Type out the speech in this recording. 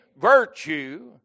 virtue